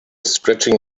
stretching